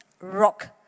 rock